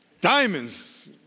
Diamonds